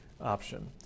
option